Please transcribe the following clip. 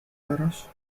براش